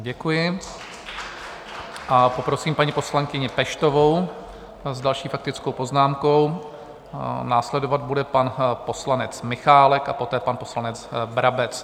Děkuji a poprosím paní poslankyni Peštovou s další faktickou poznámkou, následovat bude pan poslanec Michálek a poté pan poslanec Brabec.